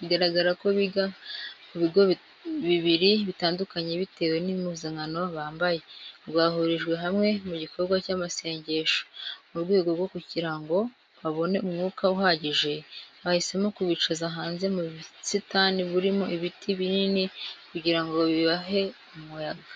bigaragara ko biga ku bigo bibiri bitandukanye bitewe n'impuzankano bambaye, rwahurijwe hamwe mu gikorwa cy'amasengesho. Mu rwego rwo kugira ngo babone umwuka uhagije, bahisemo kubicaza hanze mu busitani burimo ibiti binini kugira ngo bibahe umuyaga.